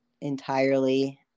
entirely